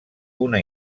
una